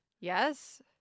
Yes